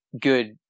good